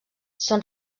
són